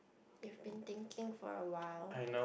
you've been thinking for awhile